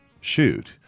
shoot